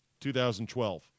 2012